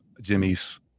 jimmy's